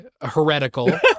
heretical